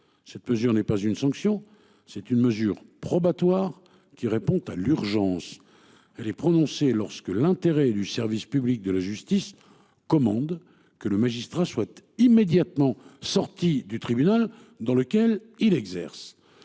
Cette mesure n'est pas une sanction, c'est une mesure probatoire qui répond à l'urgence, elle est prononcée. Lorsque l'intérêt du service public de la justice commande que le magistrat souhaite immédiatement sorti du tribunal dans lequel il exerce